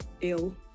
ill